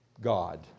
God